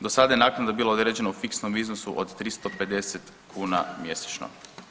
Do sada je naknada bila određena u fiksnom iznosu od 350 kuna mjesečno.